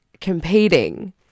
competing